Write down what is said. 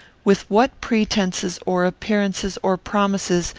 with what pretences, or appearances, or promises,